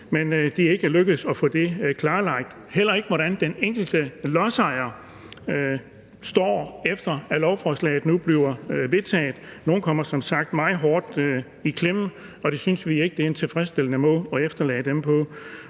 men det er ikke lykkedes at få det klarlagt. Det samme gælder, hvordan den enkelte lodsejer står, efter lovforslaget nu bliver vedtaget. Nogle kommer som sagt meget hårdt i klemme, og det synes vi ikke er en tilfredsstillende måde at efterlade dem på,